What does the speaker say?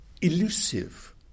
elusive